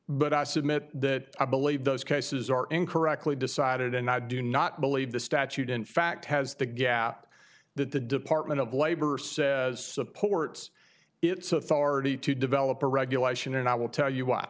but i submit that i believe those cases are incorrectly decided and i do not believe the statute in fact has the gap that the department of labor says of ports its authority to develop a regulation and i will tell you wh